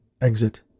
Exit